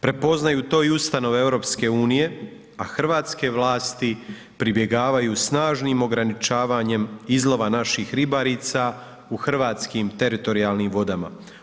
Prepoznaju to i ustanove EU, a hrvatske vlasti pribjegavaju snažnim ograničavanjem izlova naših ribarica u hrvatskim teritorijalnim vodama.